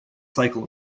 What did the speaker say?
cycle